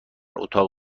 اتاق